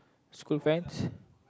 school fence